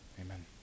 Amen